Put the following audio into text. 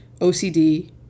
OCD